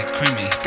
Creamy